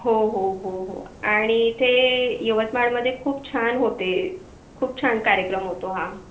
हो हो हो हो आणि इथे यवतमाळमध्ये खूप छान होते खूप छान कार्यक्रम होतो हा